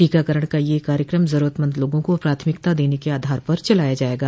टीकाकरण का यह कार्यक्रम जरूरतमंद लोगों को प्राथमिकता देने के आधार पर चलाया जायेगा